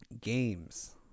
Games